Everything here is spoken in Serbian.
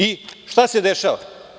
I, šta se dešava?